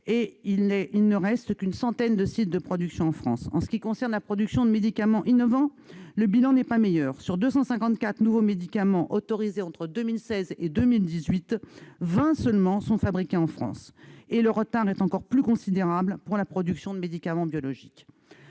Il ne reste plus qu'une centaine de sites de production dans notre pays. Dans le domaine de la production de médicaments innovants, le bilan n'est pas meilleur. Sur 254 nouveaux médicaments autorisés entre 2016 et 2018, seulement 20 sont fabriqués en France. Et le retard est encore plus considérable pour la production de médicaments biologiques.